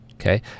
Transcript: okay